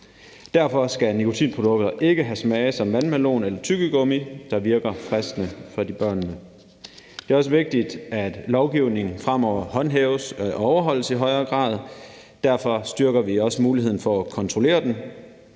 Derfor skal nikotinprodukter ikke have smage som vandmelon eller tyggegummi, der virker fristende for børnene. Det er også vigtigt, at lovgivningen fremover håndhæves og overholdes i højere grad. Derfor styrker vi også muligheden for at kontrollere den.